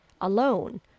alone